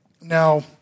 Now